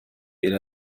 إلى